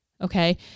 Okay